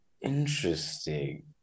Interesting